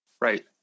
Right